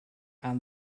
and